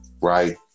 right